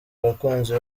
abakunzi